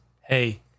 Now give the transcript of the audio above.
hey